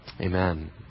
amen